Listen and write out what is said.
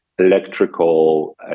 electrical